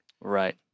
Right